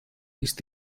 ist